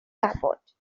airport